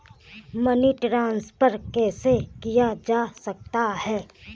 Money transfer कैसे किया जा सकता है?